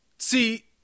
See